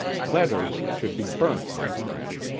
letters should be burnt, my friend,